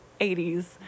80s